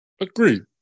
Agreed